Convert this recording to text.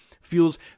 feels